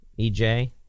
EJ